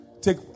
take